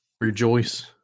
Rejoice